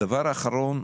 הדבר האחרון,